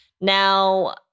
Now